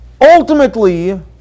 Ultimately